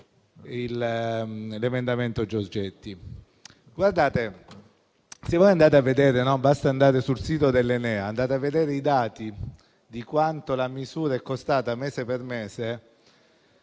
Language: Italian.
dell'ENEA e vedere i dati di quanto la misura è costata mese per mese.